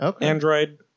android